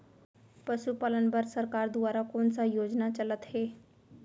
पशुपालन बर सरकार दुवारा कोन स योजना चलत हे?